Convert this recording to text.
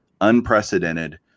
unprecedented